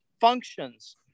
functions